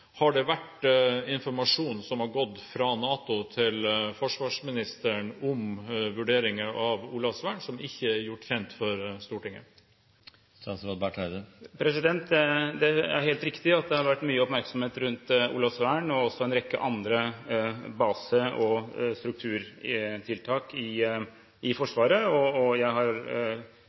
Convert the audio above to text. har det vært informasjon som har gått fra NATO til forsvarsministeren om vurderinger av Olavsvern som ikke er gjort kjent for Stortinget? Det er helt riktig at det har vært mye oppmerksomhet rundt Olavsvern, i tillegg til en rekke andre base- og strukturtiltak i Forsvaret. Regjeringen har måttet forholde seg til det som har